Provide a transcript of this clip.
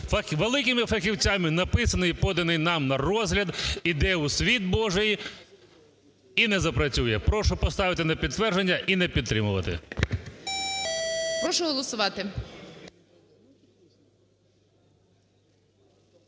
великими фахівцями написаний і поданий нам на розгляд, іде у світ божий і не запрацює. Прошу поставити на підтвердження і не підтримувати. ГОЛОВУЮЧИЙ. Прошу голосувати.